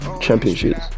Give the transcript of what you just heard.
championships